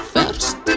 First